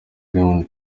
diamond